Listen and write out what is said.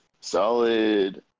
Solid